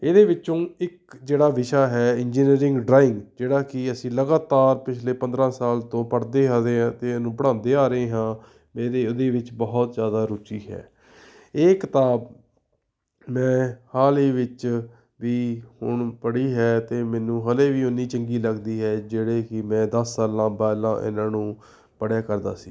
ਇਹਦੇ ਵਿੱਚੋਂ ਇੱਕ ਜਿਹੜਾ ਵਿਸ਼ਾ ਹੈ ਇੰਜੀਨੀਅਰਿੰਗ ਡਰਾਇੰਗ ਜਿਹੜਾ ਕਿ ਅਸੀਂ ਲਗਾਤਾਰ ਪਿਛਲੇ ਪੰਦਰ੍ਹਾਂ ਸਾਲ ਤੋਂ ਪੜ੍ਹਦੇ ਆਉਂਦੇ ਹਾਂ ਅਤੇ ਇਹਨੂੰ ਪੜ੍ਹਾਉਂਦੇ ਆ ਰਹੇ ਹਾਂ ਇਹਦੇ ਇਹਦੇ ਵਿੱਚ ਬਹੁਤ ਜ਼ਿਆਦਾ ਰੁਚੀ ਹੈ ਇਹ ਕਿਤਾਬ ਮੈਂ ਹਾਲ ਹੀ ਵਿੱਚ ਵੀ ਹੁਣ ਪੜ੍ਹੀ ਹੈ ਅਤੇ ਮੈਨੂੰ ਹਲੇ ਵੀ ਉਨੀ ਚੰਗੀ ਲੱਗਦੀ ਹੈ ਜਿਹੜੇ ਕਿ ਮੈਂ ਦਸ ਸਾਲਾਂ ਪਹਿਲਾਂ ਇਹਨਾਂ ਨੂੰ ਪੜ੍ਹਿਆ ਕਰਦਾ ਸੀ